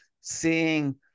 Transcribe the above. seeing